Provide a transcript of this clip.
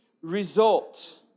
result